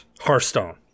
Hearthstone